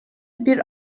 bir